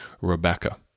Rebecca